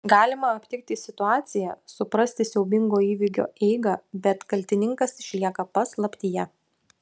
galima aptikti situaciją suprasti siaubingo įvykio eigą bet kaltininkas išlieka paslaptyje